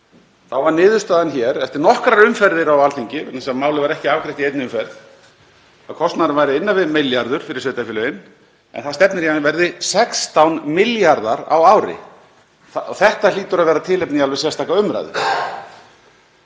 var niðurstaðan hér, eftir nokkrar umferðir á Alþingi vegna þess að málið var ekki afgreitt í einni umferð, að kostnaðurinn væri innan við milljarður fyrir sveitarfélögin, en það stefnir í að hann verði 16 milljarðar á ári. Þetta hlýtur að vera tilefni í alveg sérstaka umræðu.